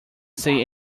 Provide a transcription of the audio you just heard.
say